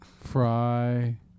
Fry